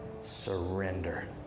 surrender